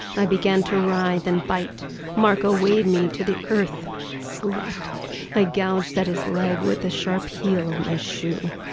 i began to cry then bite marco weighed me to the earth slut i gouged that his leg with a sharp heel of my shoe.